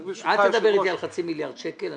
אל תדבר אתי על חצי מיליארד שקלים.